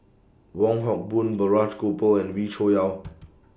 Wong Hock Boon Balraj Gopal and Wee Cho Yaw